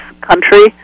country